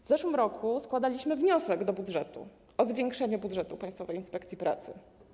W zeszłym roku składaliśmy wniosek o zwiększenie budżetu Państwowej Inspekcji Pracy.